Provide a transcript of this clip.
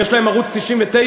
יש להם ערוץ 99,